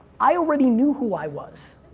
i already knew who i was.